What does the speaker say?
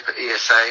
ESA